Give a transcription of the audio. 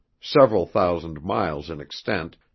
several thousand miles in extent,